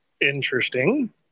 Interesting